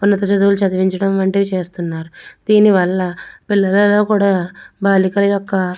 ఉన్నత చదువులు చదివించడం వంటివి చేస్తున్నారు దీని వల్ల పిల్లలలో కూడా బాలికల యొక్క